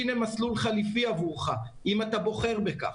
והנה מסלול חליפי עבורו אם הוא בוחר בכך.